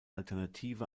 alternative